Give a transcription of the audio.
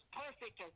perfect